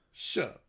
Sure